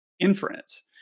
Inference